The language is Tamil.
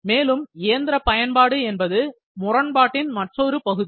மேலும் இயந்திர பயன்பாடு என்பது முரண்பாட்டின் மற்றொரு பகுதி